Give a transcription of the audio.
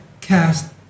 cast